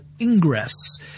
Ingress